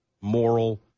moral